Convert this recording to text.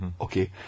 Okay